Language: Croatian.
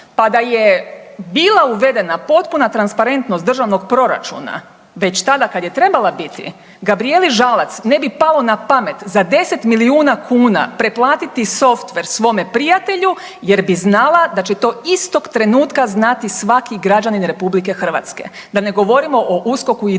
Pa da je bila uvedena potpuna transparentnost državnog proračuna već tada kad je trebala biti, Gabrijeli Žalac ne bi palo na pamet za 10 milijuna kuna preplatiti softver svome prijatelju jer bi znala da će to istog trenutka znati svaki građanin RH. Da ne govorimo o USKOK-u i DORH-u.